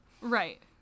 Right